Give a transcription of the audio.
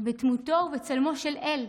בדמותו ובצלמו של אל,